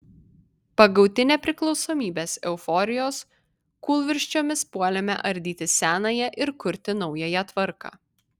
pagauti nepriklausomybės euforijos kūlvirsčiomis puolėme ardyti senąją ir kurti naująją tvarką